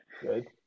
good